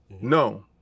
no